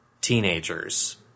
teenagers